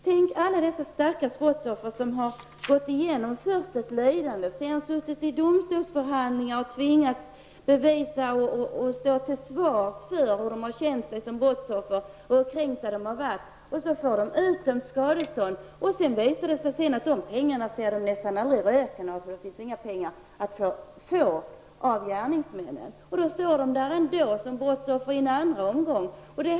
Tänk på alla stackars brottsoffer som först har fått utstå ett fysiskt lidande och därefter suttit i domstolsförhandlingar och tvingats visa och mer eller mindre fått stå till svars för hur de har känt sig som brottsoffer och blivit kränkta. De blir tilldömda ett skadestånd, men pengarna ser de nästan aldrig röken av, eftersom det inte går att få ut några pengar av gärningsmannen. Därmed står de som brottsoffer i en andra omgång.